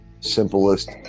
simplest